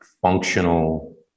functional